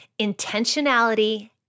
intentionality